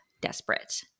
desperate